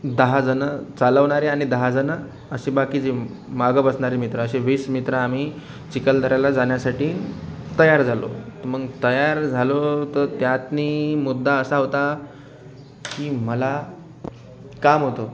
दहा जणं चालवणारे आणि दहा जणं असे बाकीचे मागं बसणारे मित्र असे वीस मित्र आम्ही चिखलदऱ्याला जाण्यासाठी तयार झालो तर मग तयार झालो तर त्यातनं मुद्दा असा होता की मला काम होतं